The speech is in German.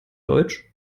deutsch